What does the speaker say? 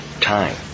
time